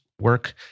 work